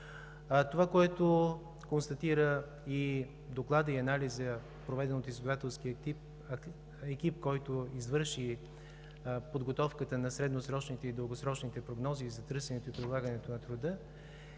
това, което констатират докладът и анализът, проведен от изследователския екип, който извърши подготовката на средносрочните и дългосрочните прогнози за търсенето и предлагането на труда,